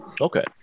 Okay